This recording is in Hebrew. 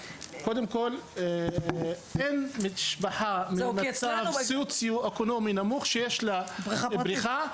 אין משפחה במצב סוציו-אקונומי נמוך שיש לה בריכה.